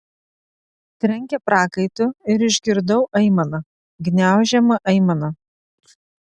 trenkė prakaitu ir išgirdau aimaną gniaužiamą aimaną